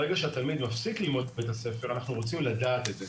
ברגע שהתלמיד מפסיק לבוא לבית-ספר אנחנו רוצים לדעת את זה.